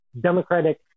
democratic